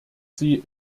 sie